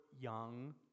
young